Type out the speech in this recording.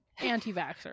anti-vaxxer